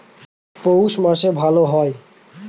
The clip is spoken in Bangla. পৌষ মাসে ভালো হয়?